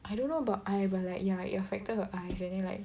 I don't know about eye but like yeah it affected her eyes and then like